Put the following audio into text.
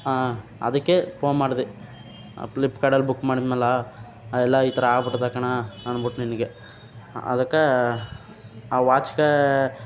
ಹಾಂ ಅದಕ್ಕೆ ಪೋನ್ ಮಾಡಿದೆ ಪ್ಲಿಪ್ಕಾರ್ಟಲ್ಲಿ ಬುಕ್ ಮಾಡಿದ್ಮೇಲ ಆ ಎಲ್ಲ ಈ ಥರ ಆಗ್ಬಿಟ್ಟದೆ ಕಣಾ ಅಂದ್ಬುಟ್ಟು ನಿನಗೆ ಅದಕ್ಕೆ ಆ ವಾಚ್ಗೇ